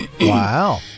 Wow